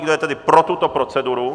Kdo je tedy pro tuto proceduru?